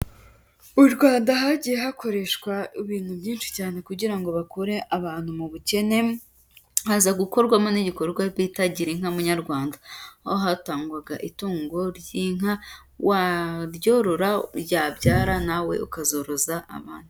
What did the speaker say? Mu Rwanda hagiye hakoreshwa ibintu byinshi cyane kugira ngo bakure abantu mu bukene, haza gukorwamo n'igikorwa bita Girinka munyarwanda, aho hatangwaga itungo ry'inka waryorora ryabyara nawe ukazoroza abandi.